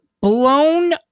blown